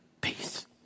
Peace